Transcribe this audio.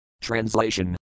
Translation